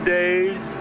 days